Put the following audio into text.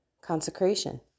consecration